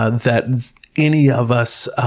ah that any of us